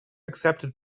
accepted